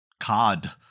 Cod